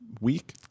week